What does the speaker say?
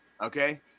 Okay